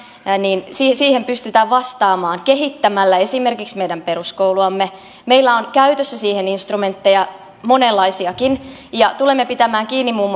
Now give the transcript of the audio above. niin siihen siihen pystytään vastaamaan kehittämällä esimerkiksi meidän peruskouluamme meillä on käytössä siihen instrumentteja monenlaisiakin ja tulemme pitämään kiinni muun